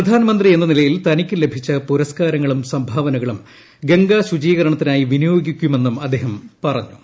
പ്രധാനമന്ത്രി എന്ന നിലയിൽ ്തനിക്ക് ലഭിച്ച പുരസ്ക്കാരങ്ങളും സംഭാവനകളും ഗംഗാ ശുചീകരണത്തി നായി വിനിയോഗിക്കുമെന്നും അദ്ദേഹം പറഞ്ഞു